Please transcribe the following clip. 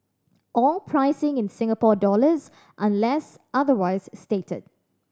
all pricing in Singapore dollars unless otherwise stated